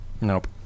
Nope